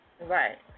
right